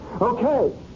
Okay